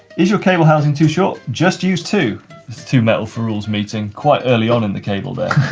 is your cable housing too short? just use two. it's two metal ferrules meeting quite early on in the cable there.